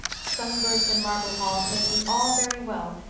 sunbursts and marble halls may be all very well,